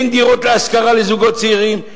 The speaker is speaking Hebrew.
אין דירות להשכרה לזוגות צעירים.